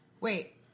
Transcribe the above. Wait